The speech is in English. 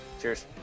Cheers